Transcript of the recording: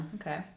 okay